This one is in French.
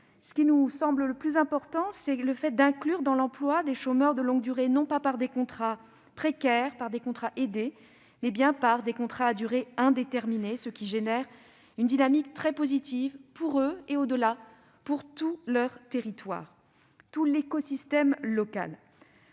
Il nous semble particulièrement important d'inclure dans l'emploi des chômeurs de longue durée non par des contrats précaires ou aidés, mais bien par des contrats à durée indéterminée, ce qui génère une dynamique très positive pour eux et, au-delà, pour leur territoire, pour tout l'écosystème local.